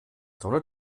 sonne